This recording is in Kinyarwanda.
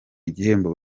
igihembo